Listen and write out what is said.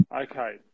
okay